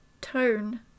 tone